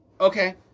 okay